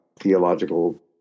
theological